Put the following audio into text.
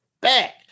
back